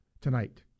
tonight